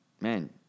Man